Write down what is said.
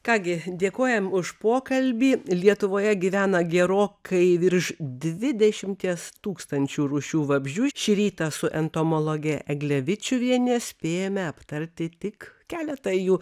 ką gi dėkojam už pokalbį lietuvoje gyvena gerokai virš dvidešimties tūkstančių rūšių vabzdžių šį rytą su entomologe egle vičiuviene spėjome aptarti tik keletą jų